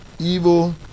evil